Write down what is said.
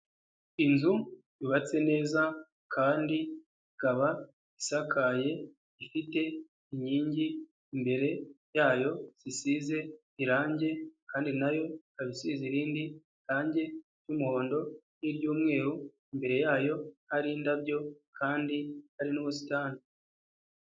Inzu yubatse neza kandi ikaba isakaye, ifite inkingi imbere yayo zisize irangi, kandi nayo ikaba isize irindi rangi ry'umuhondo n'iry'umweru imbere yayo hari indabyo kandi hari n'ubusitani.